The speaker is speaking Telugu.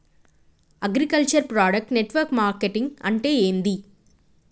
అగ్రికల్చర్ ప్రొడక్ట్ నెట్వర్క్ మార్కెటింగ్ అంటే ఏంది?